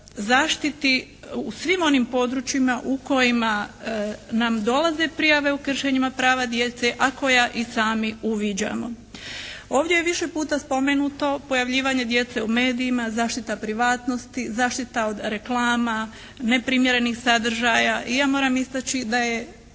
zaštiti u svim onim područjima u kojima nam dolaze prijave o kršenjima prava djece, a koja i sami uviđamo. Ovdje je više puta spomenuto pojavljivanje djece u medijima, zaštita privatnosti, zaštita od reklama, neprimjerenih sadržaja i ja moram istaći da je